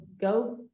go